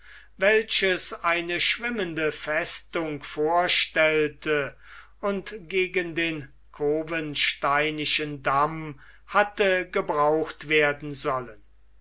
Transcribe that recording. welches eine schwimmende festung vorstellte und gegen den cowensteinischen damm hatte gebraucht werden sollen